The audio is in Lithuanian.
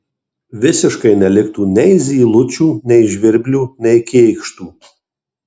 visiškai neliktų nei zylučių nei žvirblių nei kėkštų